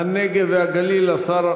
הנגב והגליל, השר